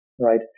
right